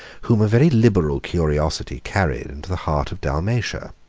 whom a very liberal curiosity carried into the heart of dalmatia.